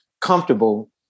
comfortable